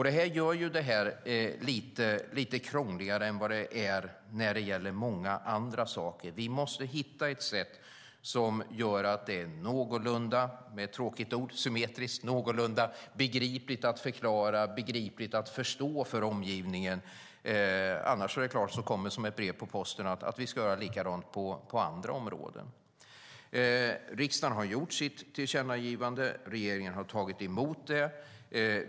Det här gör det lite krångligare än vad det är när det gäller många andra saker. Vi måste hitta ett sätt som gör att det är någorlunda - det är ett tråkigt ord - symmetriskt och någorlunda begripligt för omgivningen. Annars kommer det som ett brev på posten att vi ska göra likadant på andra områden. Riksdagen har gjort sitt tillkännagivande. Regeringen har tagit emot det.